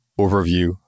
overview